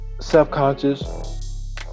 self-conscious